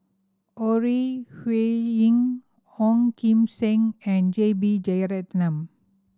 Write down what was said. Ore Huiying Ong Kim Seng and J B Jeyaretnam